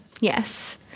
yes